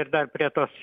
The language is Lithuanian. ir dar prie tos